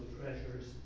treasures